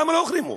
למה לא החרימו?